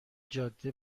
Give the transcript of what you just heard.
جاده